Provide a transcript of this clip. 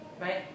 right